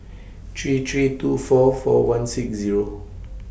three three two four four one six Zero